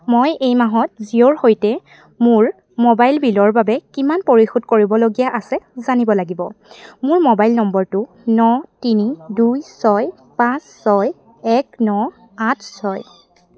মই এই মাহত জিওৰ সৈতে মোৰ মোবাইল বিলৰ বাবে কিমান পৰিশোধ কৰিবলগীয়া আছে জানিব লাগিব মোৰ মোবাইল নম্বৰটো ন তিনি দুই ছয় পাঁচ ছয় এক ন আঠ ছয়